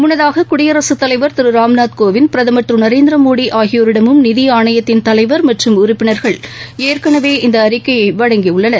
முன்னதாக குடியரசுத் தலைவர் திரு ராம்நாத் கோவிந்த் பிரதமர் திரு நரேந்திரமோடி ஆகியோரிடமும் நிதி ஆணையத்தின் தலைவர் மற்றும் உறுப்பினர்கள் ஏற்களவே இந்த அறிக்கையை வழங்கி உள்ளனர்